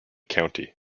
county